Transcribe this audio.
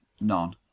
None